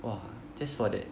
!wah! just for that